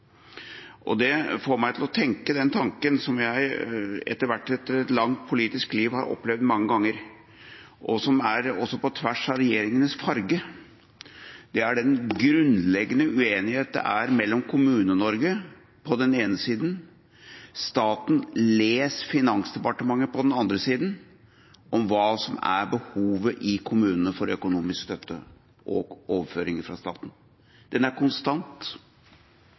Det får meg til å tenke den tanken som jeg etter hvert etter et langt politisk liv har opplevd mange ganger, og som også er på tvers av regjeringenes farge, at det er en grunnleggende uenighet mellom Kommune-Norge på den ene siden og staten, les Finansdepartementet, på den andre siden om hva som er behovet i kommunene for økonomisk støtte og overføringer fra staten. Den er konstant.